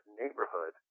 neighborhood